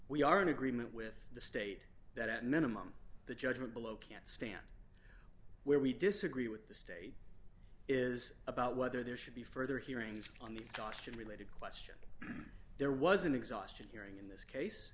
we are in agreement with the state that at minimum the judgment below can't stand where we disagree with the state is about whether there should be further hearings on the boston related question there was an exhaustion hearing in this case